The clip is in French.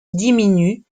diminue